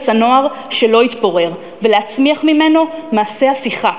הנוער שלא יתפורר ולהצמיח ממנו מעשה הפיכה,